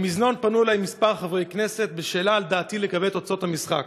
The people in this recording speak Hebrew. במזנון פנו אלי כמה חברי כנסת בשאלה מה דעתי לגבי תוצאות המשחק.